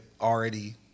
already